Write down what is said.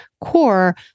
core